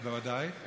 בוודאי.